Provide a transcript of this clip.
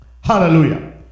hallelujah